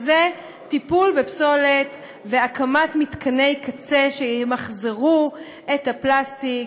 שהן טיפול בפסולת והקמת מתקני קצה שימחזרו את הפלסטיק,